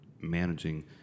managing